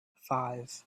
five